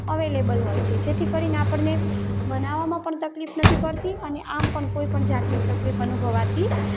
available હોય છે જેથી કરીને આપણને બનાવવામાં પણ કોઈ તકલીફ નથી પડતી અને આમ પણ કોઇપણ જાતની તકલીફ અનુભવાતી